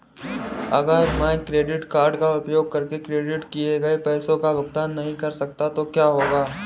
अगर मैं credit card का उपयोग करके क्रेडिट किए गए पैसे का भुगतान नहीं कर सकता तो क्या होगा?